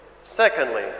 Secondly